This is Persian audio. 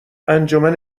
انجمن